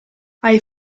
hai